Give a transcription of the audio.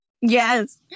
Yes